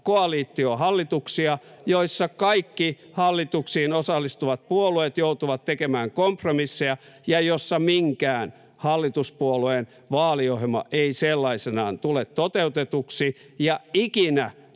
koalitiohallituksia, joissa kaikki hallitukseen osallistuvat puolueet joutuvat tekemään kompromisseja ja joissa minkään hallituspuolueen vaaliohjelma ei sellaisenaan tule toteutetuksi, ja ikinä